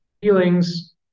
feelings